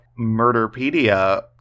Murderpedia